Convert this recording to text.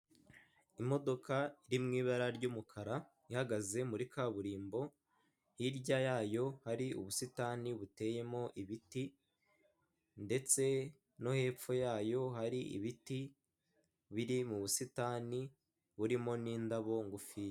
Imodoka iri mu ibara ry'umukara ihagaze muri kaburimbo hirya yayo hari ubusitani buteye mo ibiti, ndetse no hepfo yayo hari ibiti biri mu busitani burimo n'indabo ngufiya.